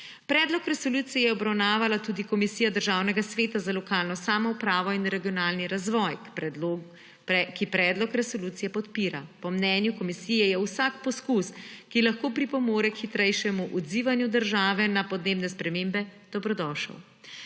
Predlog resolucije je obravnavala tudi Komisija Državnega sveta za lokalno samoupravo in regionalni razvoj, ki predlog resolucije podpira. Po mnenju komisije je vsak poskus, ki lahko pripomore k hitrejšemu odzivanju države na podnebne spremembe, dobrodošel.